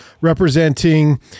representing